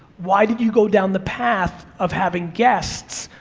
why did you go down the path of having guests,